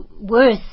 worth